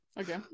Okay